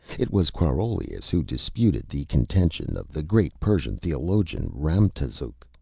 it was quarolius who disputed the contention of the great persian theologian ramtazuk,